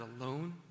alone